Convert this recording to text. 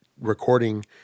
recording